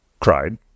cried